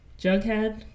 Jughead